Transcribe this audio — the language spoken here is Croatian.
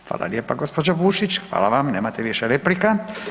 Hvala lijepa gospođo Bušić, hvala vam nemate više replika.